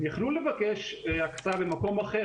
הם יכלו לבקש הקצאה במקום אחר.